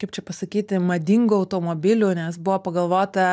kaip čia pasakyti madingu automobiliu nes buvo pagalvota